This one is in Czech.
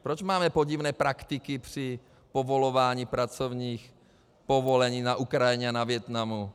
Proč máme podivné praktiky při povolování pracovních povolení na Ukrajině a ve Vietnamu?